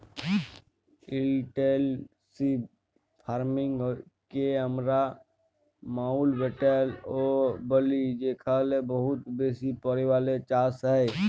intensive farming কে আমরা মাউল্টব্যাটেল ও ব্যলি যেখালে বহুত বেশি পরিমালে চাষ হ্যয়